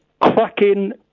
cracking